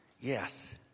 Yes